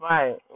Right